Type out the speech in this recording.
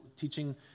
teaching